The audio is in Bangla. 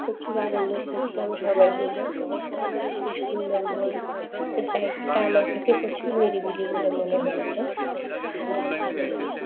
প্রচুর আনন্দ করেছিলাম সবাই মিলে সেই সুন্দরবন ও জায়গাটা আমার কাছে প্রচুর নিরিবিলি বলে মনে হয়েছে আর ওখান